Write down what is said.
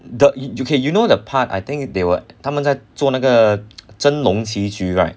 the you you know the part I think they were 他们在做那个 珍珑棋局 right